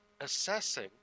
assessing